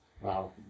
Wow